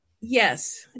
Yes